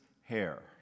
hair